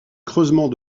creusement